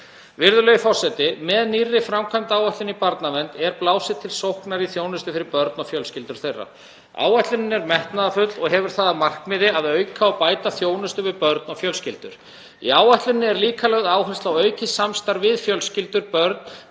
Virðulegi forseti. Með nýrri framkvæmdaáætlun í barnavernd er blásið til stórsóknar í þjónustu fyrir börn og fjölskyldur þeirra. Áætlunin er metnaðarfull og hefur það að markmiði að auka og bæta þjónustu við börn og fjölskyldur. Í áætluninni er líka lögð áhersla á aukið samstarf við fjölskyldur, börn,